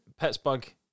Pittsburgh